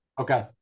Okay